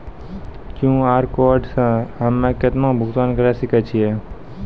QR code से हम्मय केतना भुगतान करे सके छियै?